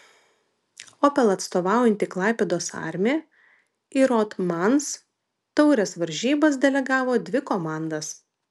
opel atstovaujanti klaipėdos armi į rothmans taurės varžybas delegavo dvi komandas